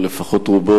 או לפחות רובו,